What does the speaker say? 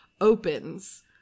opens